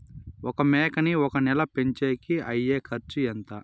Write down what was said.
ఒక మేకని ఒక నెల పెంచేకి అయ్యే ఖర్చు ఎంత?